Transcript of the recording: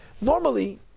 Normally